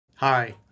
Hi